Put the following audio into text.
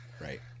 Right